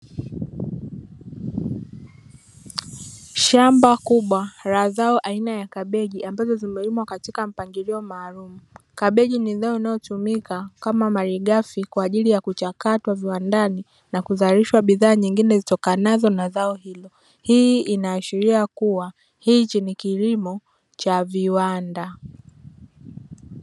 Shamba kubwa la zao aina ya kabeji ambazo zimelimwa katika mpangilio maalumu. Kabeji ni zao linalotumika kama malighafi kwaajili ya kuchakatwa viwandani na kuzalishwa bidhaa zingine zitokanazo na zao hilo. Hii inaashiria kuwa hiki ni kilimo cha viwanda.